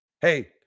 Hey